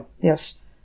Yes